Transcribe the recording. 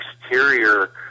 exterior